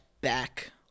back